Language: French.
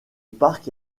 parc